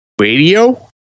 radio